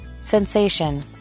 Sensation